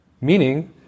Meaning